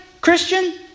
Christian